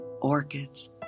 orchids